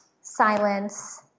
silence